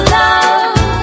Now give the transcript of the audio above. love